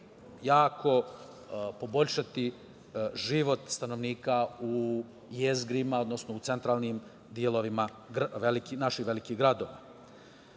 jako poboljšati život stanovnika u jezgrima, odnosno u centralnim delovima naših velikih gradova. Naravno,